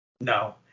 No